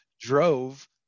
drove